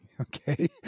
Okay